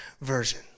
version